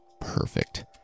Perfect